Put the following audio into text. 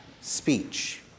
speech